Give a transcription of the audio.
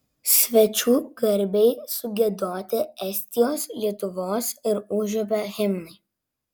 svečių garbei sugiedoti estijos lietuvos ir užupio himnai